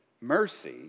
Mercy